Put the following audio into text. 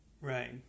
Right